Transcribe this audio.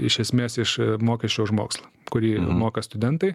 iš esmės iš mokesčio už mokslą kurį moka studentai